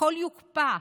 הכול יוקפא.